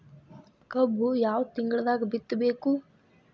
ಕಬ್ಬು ಯಾವ ತಿಂಗಳದಾಗ ಬಿತ್ತಬೇಕು?